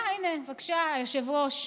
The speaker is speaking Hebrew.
אה, הינה, בבקשה, היושב-ראש,